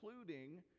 including